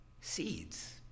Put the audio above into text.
seeds